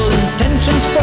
intentions